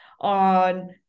on